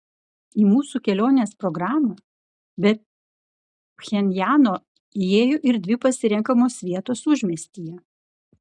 į mūsų kelionės programą be pchenjano įėjo ir dvi pasirenkamos vietos užmiestyje